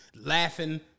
laughing